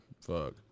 fuck